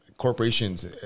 corporations